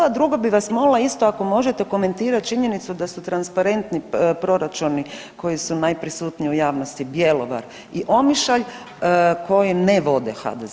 A drugo bi vas molila, isto, ako možete komentirati činjenicu da su transparentni proračuni koji su najprisutniji u javnosti Bjelovar i Omišalj koji ne vode HDZ.